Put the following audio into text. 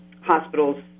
hospitals